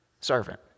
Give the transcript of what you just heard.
servant